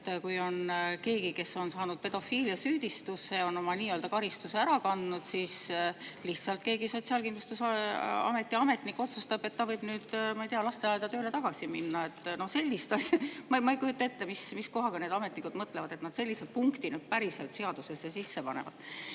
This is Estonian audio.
kui on keegi, kes on saanud pedofiiliasüüdistuse ja on oma karistuse ära kandnud, siis lihtsalt keegi Sotsiaalkindlustusameti ametnik otsustab, et ta võib nüüd lasteaeda tööle tagasi minna. Ma ei kujuta ette, mis kohaga need ametnikud mõtlevad, et nad sellise punkti nüüd päriselt seadusesse sisse panevad. Eestit